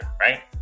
right